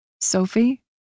Sophie